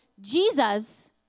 Jesus